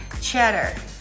cheddar